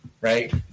right